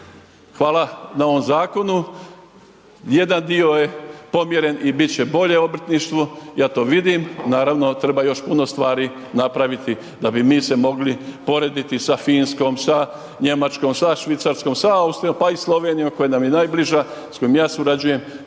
hvala na ovom zakonu, jedan dio je pomjeren i bit će bolje obrtništvo, ja to vidim, naravno, treba još puno stvari napraviti da bi mi se mogli porediti sa Finskom, sa Njemačkom, sa Švicarskom, sa Austrijom pa i Slovenijom koja nam je najbliža, s kojom ja surađujem,